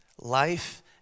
Life